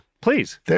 please